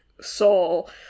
soul